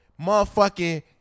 motherfucking